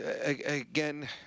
again